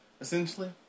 essentially